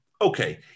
Okay